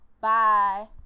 bye